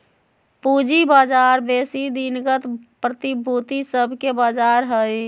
पूजी बजार बेशी दिनगत प्रतिभूति सभके बजार हइ